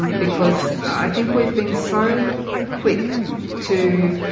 because i think we've been so quick to